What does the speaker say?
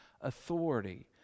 authority